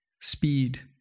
speed